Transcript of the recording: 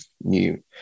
new